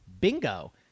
Bingo